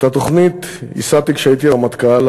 את התוכנית ייסדתי כשהייתי רמטכ"ל.